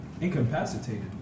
Incapacitated